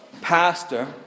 pastor